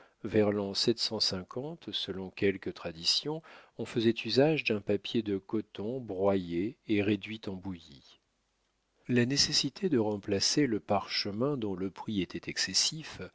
l selon quelques traditions on faisait usage d'un papier de coton broyé et réduit en bouillie la nécessité de remplacer le parchemin dont le prix était excessif